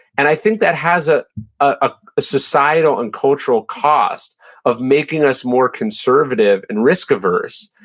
and i think that has a ah societal and cultural cost of making us more conservative and risk-averse,